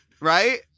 Right